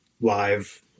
live